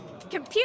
Computer